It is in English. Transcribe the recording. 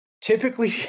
typically